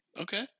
Okay